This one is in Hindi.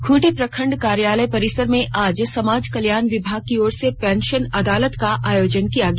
खूंटी प्रखण्ड कार्यालय परिसर में आज समाज कल्याण विभाग की ओर से पेंशन अदालत का आयोजन किया गया